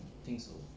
I think so